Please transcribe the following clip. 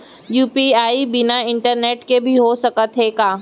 UPI बिना internet के भी हो सकत हे का?